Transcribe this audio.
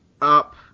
up